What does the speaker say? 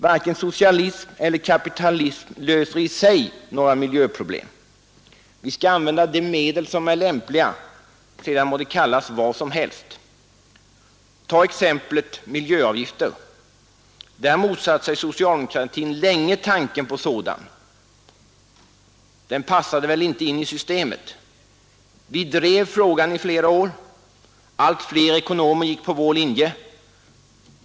Varken socialism eller kapitalism löser i sig några miljöproblem. Vi skall använda de medel som är lämpliga, sedan må de kallas vad som he Ta exemplet miljöavgifter. Där motsatte sig socialdemokratin länge tanken som sådan. Den passade väl inte in i systemet. Vi drev frågan i flera år. Allt fler ekonomer gick på vår linje.